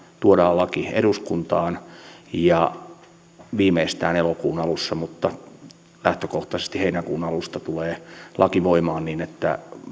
tuodaan laki eduskuntaan ja viimeistään elokuun alussa mutta lähtökohtaisesti heinäkuun alusta tulee laki voimaan niin että